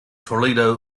toledo